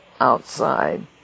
outside